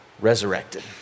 resurrected